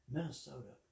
Minnesota